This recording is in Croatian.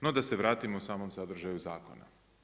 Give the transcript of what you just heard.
No da se vratimo samom sadržaju zakona.